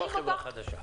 לא החברה חדשה.